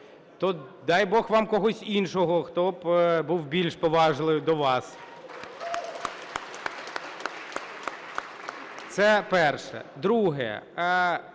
то дай Бог вам когось іншого, хто б був більш поважливий до вас. Це перше. Друге.